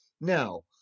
Now